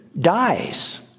dies